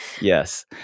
Yes